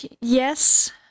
Yes